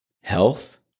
Health